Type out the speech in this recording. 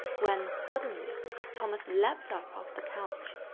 when suddenly thomas leapt up off the couch.